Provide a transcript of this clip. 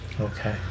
Okay